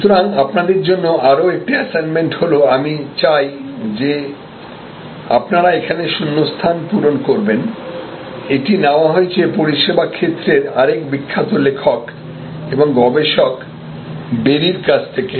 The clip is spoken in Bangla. সুতরাং আপনাদের জন্য আরও একটি অ্যাসাইনমেন্ট হল আমি চাই যে আপনারা এখানে শূন্যস্থান পূরণ করবেনএটি নেওয়া হয়েছে পরিষেবা ক্ষেত্রের আরেক বিখ্যাত লেখক এবং গবেষক বেরির কাছ থেকে